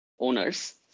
owners